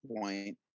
point